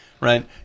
Right